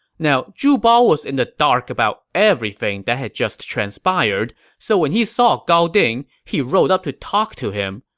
now, zhu bao was in the dark about everything that had transpired, so when he saw gao ding, he rode up to talk to him.